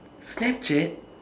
Snapchat